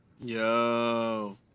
yo